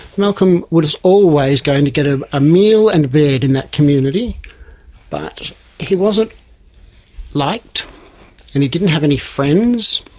malcolm was always going to get a ah meal and a bed in that community but he wasn't liked and he didn't have any friends,